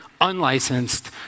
unlicensed